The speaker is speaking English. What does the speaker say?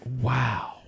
wow